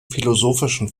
philosophischen